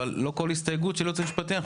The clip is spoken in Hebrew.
אבל לא כל הסתייגות של הייעוץ המשפטי אנחנו